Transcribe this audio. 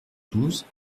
douze